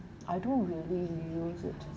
I don't really use it